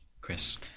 Chris